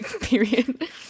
Period